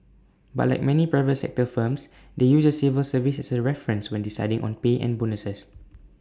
but like many private sector firms they use the civil service as A reference when deciding on pay and bonuses